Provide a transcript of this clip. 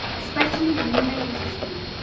especially in the ladies' room.